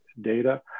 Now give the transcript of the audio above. data